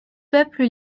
peuple